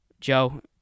Joe